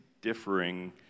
differing